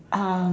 um